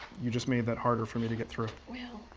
you just made that harder for me to get through. well.